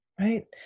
right